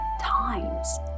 times